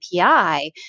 API